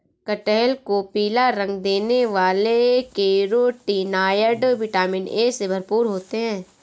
कटहल को पीला रंग देने वाले कैरोटीनॉयड, विटामिन ए से भरपूर होते हैं